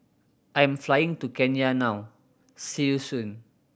I'm flying to Kenya now see you soon